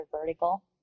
vertical